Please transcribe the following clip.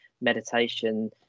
meditation